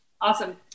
Awesome